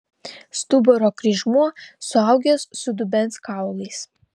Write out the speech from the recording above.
stuburo kryžmuo suaugęs su dubens kaulais